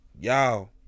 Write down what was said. Y'all